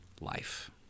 life